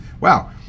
wow